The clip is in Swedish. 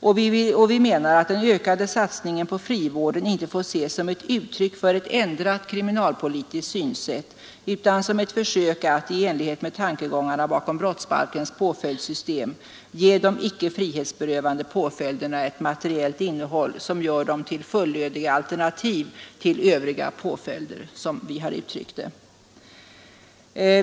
Vi framhåller ”att den ökade satsningen på frivårdssidan inte bör ses som ett uttryck för ett ändrat kriminalpolitiskt synsätt utan som ett försök att — i enlighet med tankegångarna bakom brottsbalkens nyanserade påföljdssystem — ge de icke frihetsberövande påföljderna ett materiellt innehåll som gör dem till fullödiga alternativ till övriga påföljder”, som vi har uttryckt det.